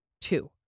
two